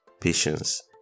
patience